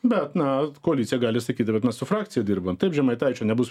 bet na koalicija gali sakyti bet mes su frakcija dirbam taip žemaitaičio nebus